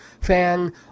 fan